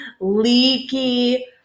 leaky